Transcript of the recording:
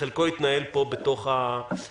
חלקו התנהל פה, בתוך הוועדה.